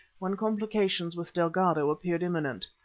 when complications with delgado appeared imminent.